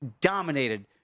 Dominated